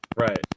Right